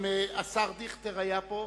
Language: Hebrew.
אם השר דיכטר היה פה,